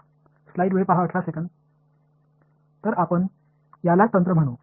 எனவே இவைகளை நுட்பங்கள் என்று அழைப்போம்